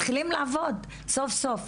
מתחילים לעבוד סוף סוף.